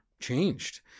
changed